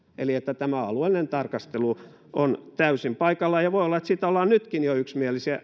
eli siitä että tämä alueellinen tarkastelu on täysin paikallaan ja voi olla että siitä ollaan jo nytkin yksimielisiä